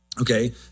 Okay